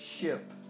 ship